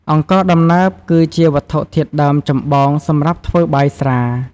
អង្ករដំណើប គឺជាវត្ថុធាតុដើមចម្បងសម្រាប់ធ្វើបាយស្រា។